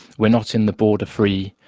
we are not in the border free,